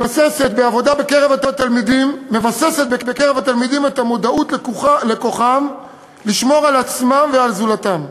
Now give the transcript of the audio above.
העבודה מבססת בתלמידים את המודעות לכוחם לשמור על עצמם ועל זולתם.